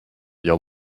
dire